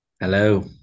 Hello